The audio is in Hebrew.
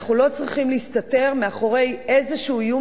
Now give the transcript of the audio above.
אנחנו לא צריכים להסתתר מאחורי איזשהו איום